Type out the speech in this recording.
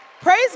Praise